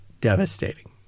devastating